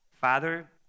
Father